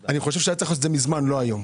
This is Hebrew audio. לעשות את זה מזמן, לא היום.